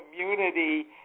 community